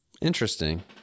Interesting